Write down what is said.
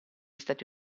stati